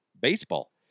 baseball